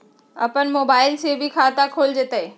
अपन मोबाइल से भी खाता खोल जताईं?